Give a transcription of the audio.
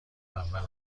اول